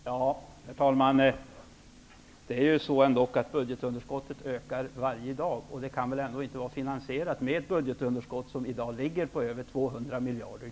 Herr talman! Budgetunderskottet ökar för varje dag och ligger i dag på över 200 miljarder kronor. Med hänsyn till det kan väl förslaget ändå inte vara finansierat?